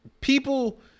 people